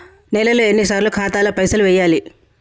నెలలో ఎన్నిసార్లు ఖాతాల పైసలు వెయ్యాలి?